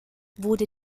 wurde